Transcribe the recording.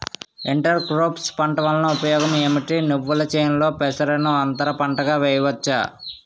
Inter crops పంట వలన ఉపయోగం ఏమిటి? నువ్వుల చేనులో పెసరను అంతర పంటగా వేయవచ్చా?